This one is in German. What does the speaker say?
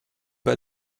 bei